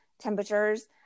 temperatures